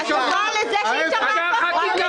התשובה לזה היא שזה מחייב חקיקה.